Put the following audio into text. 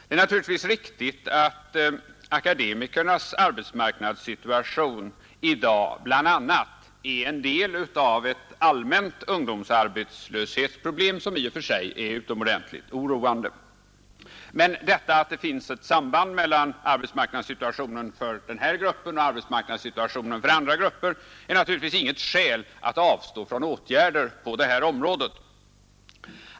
Det är naturligtvis riktigt att akademikernas arbetsmarknadssituation i dag bl.a. är en del av ett allmänt ungdomsarbetslöshetsproblem, som i och för sig är utomordentligt oroande. Men det förhållandet att det finns ett samband mellan arbetsmarknadssituationen för denna grupp och arbetsmarknadssituationen för andra grupper är naturligtvis inget skäl att avstå från åtgärder på detta område.